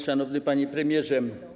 Szanowny Panie Premierze!